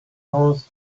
hours